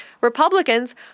Republicans